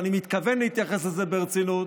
ואני מתכוון להתייחס לזה ברצינות.